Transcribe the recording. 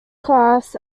class